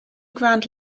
grand